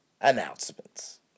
announcements